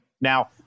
Now